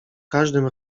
każdym